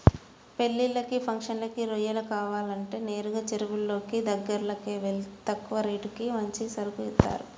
పెళ్ళిళ్ళకి, ఫంక్షన్లకి రొయ్యలు కావాలంటే నేరుగా చెరువులోళ్ళ దగ్గరకెళ్తే తక్కువ రేటుకి మంచి సరుకు ఇత్తారు